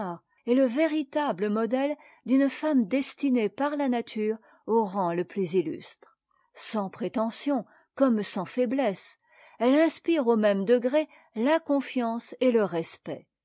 est le véritable modèle d'une femme destinée par la nature au rang le plus illustre sans prétention comme sans faiblesse elle inspire au même degré la confiance et le respect